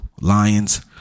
Lions